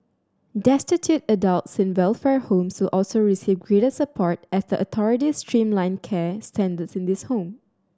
destitute adults in welfare homes who also receive greater support as the authorities streamline care standards in these home